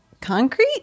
concrete